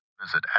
visit